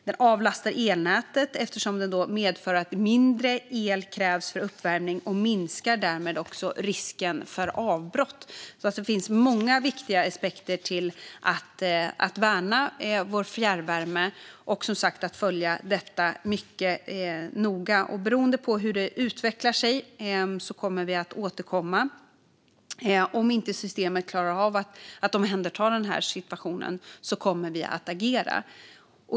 Den avlastar elnätet, eftersom den medför att mindre el krävs för uppvärmning. Den minskar därmed också risken för avbrott. Det finns alltså många viktiga aspekter när det gäller att värna vår fjärrvärme och, som sagt, att följa detta mycket noga. Beroende på hur det utvecklar sig kommer vi att återkomma. Om inte systemet klarar av att omhänderta denna situation kommer vi att agera.